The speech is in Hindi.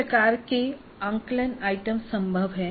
किस प्रकार के आकलन आइटम संभव हैं